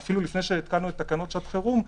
ואף לפני שהתקנו תקנות שעת חירום,